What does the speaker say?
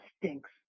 stinks